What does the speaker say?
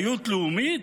אחריות לאומית?